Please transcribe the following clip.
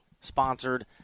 sponsored